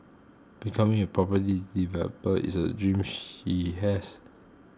becoming a property developer is a dream she has